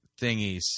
thingies